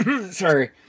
Sorry